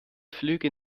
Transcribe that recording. flüge